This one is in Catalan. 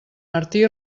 martí